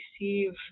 receive